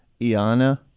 Iana